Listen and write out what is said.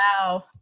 Wow